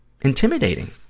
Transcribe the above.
intimidating